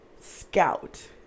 scout